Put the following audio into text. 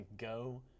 go